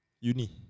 uni